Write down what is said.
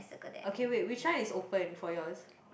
okay wait which one is open for yours